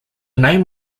name